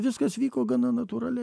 viskas vyko gana natūraliai